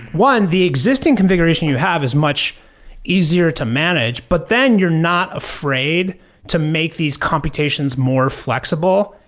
one, the existing configuration you have is much easier to manage, but then you're not afraid to make these computations more flexible,